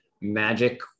magic